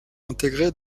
intégrée